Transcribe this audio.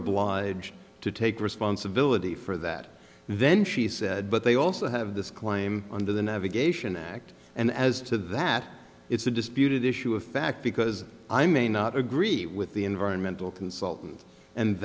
obliged to take responsibility for that then she said but they also have this claim under the navigation act and as to that it's a disputed issue of fact because i may not agree with the environmental consultant and